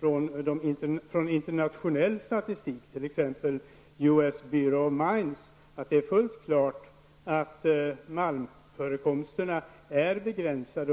från internationell statistik, t.ex. US Bureau of Mines, att det är fullt klart att malmförekomsterna är begränsade.